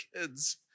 kids